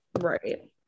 right